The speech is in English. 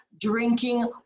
drinking